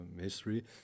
history